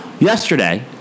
yesterday